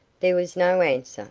there was no answer,